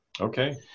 Okay